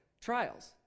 trials